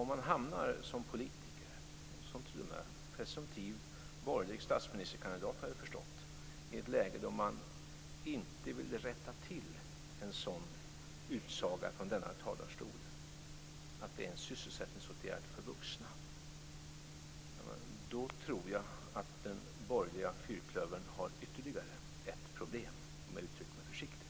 Om man som politiker och t.o.m. som presumtiv borgerlig statsministerkandidat, har jag förstått, hamnar i ett läge då man inte från denna talarstol vill rätta till en sådan här utsaga, att det är en sysselsättningsåtgärd för vuxna, tror jag att den borgerliga fyrklövern har ytterligare ett problem, om jag uttrycker mig försiktigt.